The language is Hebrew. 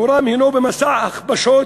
מקורן במסע הכפשות